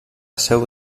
seu